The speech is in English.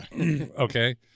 Okay